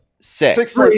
six